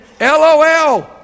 LOL